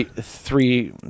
three